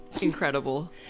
Incredible